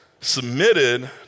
submitted